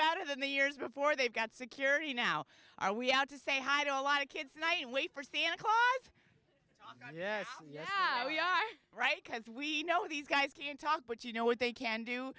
better than the years before they've got security now are we out to say hi to a lot of kids night and wait for santa claus on yeah yeah we are right because we know these guys can talk but you know what they can do